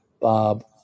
Bob